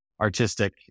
artistic